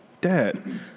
Dad